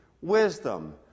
wisdom